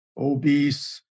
obese